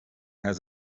has